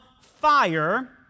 fire